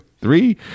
Three